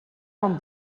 quan